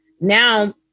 now